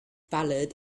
ballad